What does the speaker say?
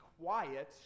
quiet